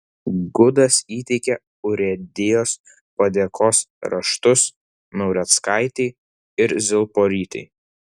gudas įteikė urėdijos padėkos raštus naureckaitei ir zilporytei